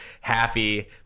happy